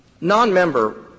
non-member